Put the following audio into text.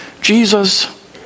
Jesus